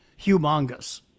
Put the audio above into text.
humongous